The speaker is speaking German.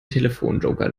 telefonjoker